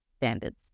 standards